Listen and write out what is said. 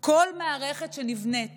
כל מערכת שנבנית